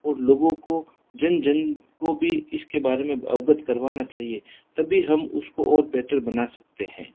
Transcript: और लोगों को जन जन को भी इसके बारे में अवगत करवाना चाहिए तभी हम उसको और बेटर बना सकते है